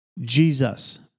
Jesus